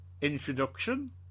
Introduction